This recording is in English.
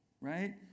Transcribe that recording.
right